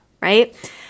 right